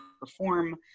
perform